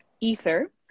Ether